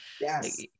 Yes